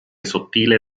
sottile